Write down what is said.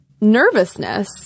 Nervousness